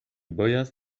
bojas